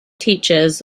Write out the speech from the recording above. teachers